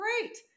great